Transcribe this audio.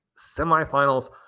semifinals